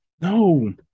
no